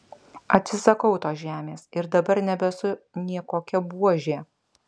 atsisakau tos žemės ir dabar nebesu nė kokia buožė